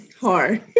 Hard